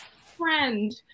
friend